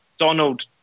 Donald